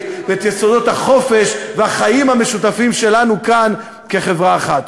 ואת יסודות החופש והחיים המשותפים שלנו כאן כחברה אחת.